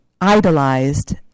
idolized